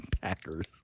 Packers